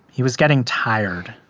he was getting tired,